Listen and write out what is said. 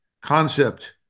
concept